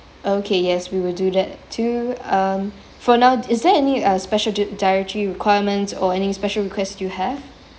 okay yes we will do that too um for now is there any uh special die~ dietary requirements or any special request you have